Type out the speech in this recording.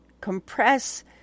compress